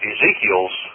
Ezekiel's